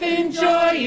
enjoy